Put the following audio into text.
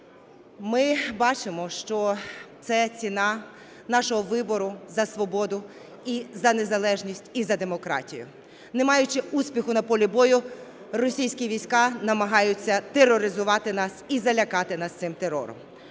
Ми бачимо, що це ціна нашого вибору за свободу і за незалежність, і за демократію. Не маючи успіху на полі бою, російські війська намагаються тероризувати нас і залякати нас цим терором.